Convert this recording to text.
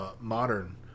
modern